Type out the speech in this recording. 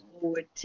forward